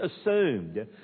assumed